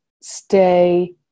stay